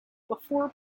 before